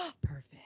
Perfect